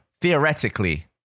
theoretically